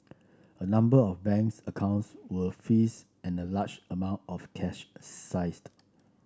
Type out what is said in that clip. a number of banks accounts were freeze and a large amount of cash a seized